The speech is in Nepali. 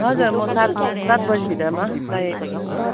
हजुर म सात सात बजीभित्रमा चाहिएको छ हो मलाई